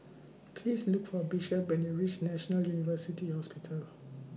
Please Look For Bishop when YOU REACH National University Hospital